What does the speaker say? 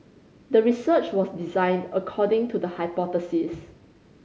the research was designed according to the hypothesis